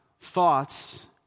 thoughts